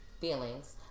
feelings